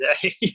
today